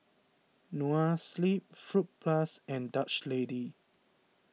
Noa Sleep Fruit Plus and Dutch Lady